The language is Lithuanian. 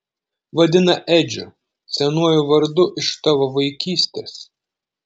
vadina edžiu senuoju vardu iš tavo vaikystės